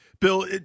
Bill